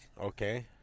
Okay